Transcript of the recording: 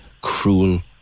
cruel